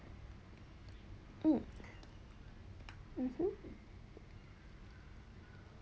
mm mmhmm